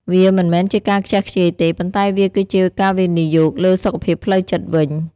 វាមិនមែនជាការខ្ជះខ្ជាយទេ ប៉ុន្តែវាគឺជាការវិនិយោគលើសុខភាពផ្លូវចិត្តវិញ។